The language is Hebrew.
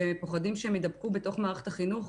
שפוחדים שהם יידבקו בתוך מערכת החינוך,